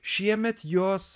šiemet jos